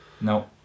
no